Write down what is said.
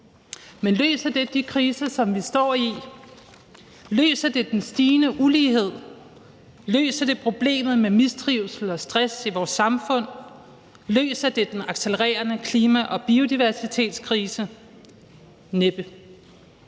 Men løser det de kriser, som vi står i? Løser det den stigende ulighed? Løser det problemet med mistrivsel og stress i vores samfund? Løser det den accelererende klima- og biodiversitetskrise? Næppe.